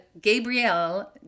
Gabrielle